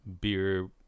Beer